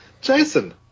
jason